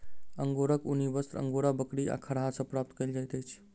अंगोराक ऊनी वस्त्र अंगोरा बकरी आ खरहा सॅ प्राप्त कयल जाइत अछि